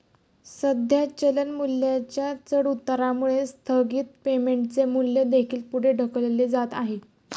सध्या चलन मूल्याच्या चढउतारामुळे स्थगित पेमेंटचे मूल्य देखील पुढे ढकलले जात आहे